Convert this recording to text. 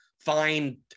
find